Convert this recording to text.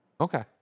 Okay